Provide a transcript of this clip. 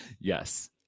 yes